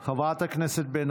רק שזה לא יפריע לו